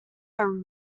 our